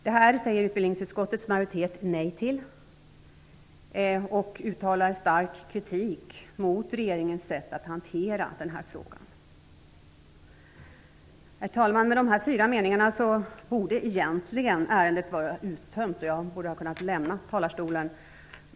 Detta säger utbildningsutskottets majoritet nej till och uttalar stark kritik mot regeringens sätt att hantera frågan. Herr talman! Med dessa fyra meningar borde ärendet egentligen vara uttömt och jag borde kunna lämna talarstolen.